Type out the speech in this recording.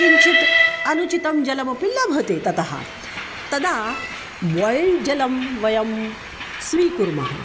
किञ्चित् अनुचितं जलमपि लभते ततः तदा बाय्ल्ड् जलं वयं स्वीकुर्मः